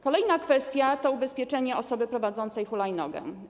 Kolejna kwestia to ubezpieczenie osoby prowadzącej hulajnogę.